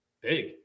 big